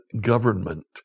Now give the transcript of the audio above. government